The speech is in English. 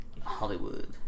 Hollywood